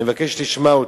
אני מבקש שתשמע אותי,